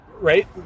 Right